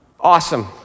Awesome